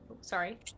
Sorry